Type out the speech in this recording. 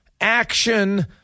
Action